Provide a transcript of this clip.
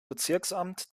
bezirksamt